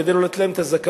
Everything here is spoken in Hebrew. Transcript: כדי לא לתת להם את הזכאות,